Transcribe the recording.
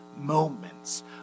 moments